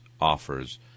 offers